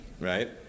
Right